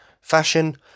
fashion